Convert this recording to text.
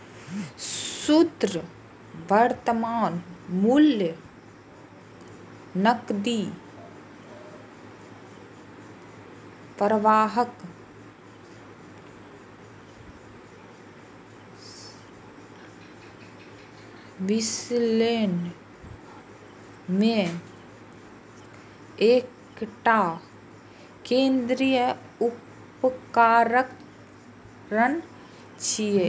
शुद्ध वर्तमान मूल्य नकदी प्रवाहक विश्लेषण मे एकटा केंद्रीय उपकरण छियै